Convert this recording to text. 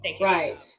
Right